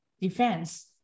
Defense